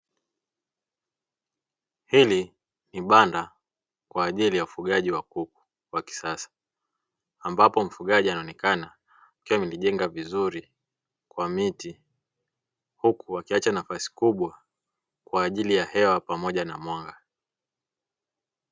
Hili ni banda kwa ajili ya ufugaji wa kuku wa kisasa ambapo mfugaji anaonekana akiwa amelijenga vizuri kwa miti, huku akiacha nafasi kubwa kwa ajili ya hewa pamoja na mwanga.